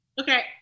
Okay